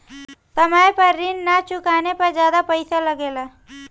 समय पर ऋण ना चुकाने पर ज्यादा पईसा लगेला?